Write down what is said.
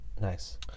Nice